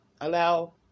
allow